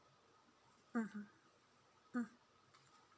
mmhmm mm